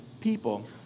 people